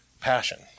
passion